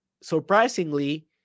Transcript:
surprisingly